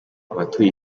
abatuye